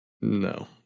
No